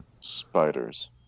Spiders